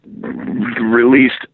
released